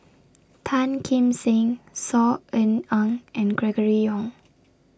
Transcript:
Tan Kim Seng Saw Ean Ang and Gregory Yong